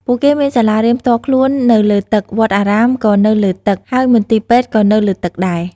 ពួកគេមានសាលារៀនផ្ទាល់ខ្លួននៅលើទឹក វត្តអារាមក៏នៅលើទឹក ហើយមន្ទីរពេទ្យក៏នៅលើទឹកដែរ។